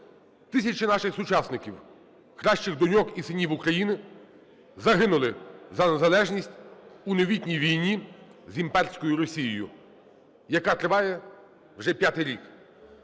Тисячі наших сучасників, кращих доньок і синів України, загинули за незалежність у новітній війні з імперською Росією, яка триває вже п'ятий рік.